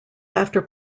after